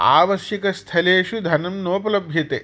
आवश्यकस्थलेषु धनं नोपलभ्यते